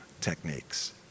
techniques